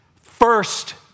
first